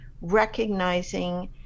recognizing